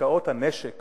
עסקאות הנשק